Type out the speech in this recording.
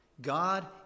God